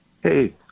Hey